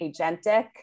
agentic